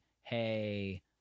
hey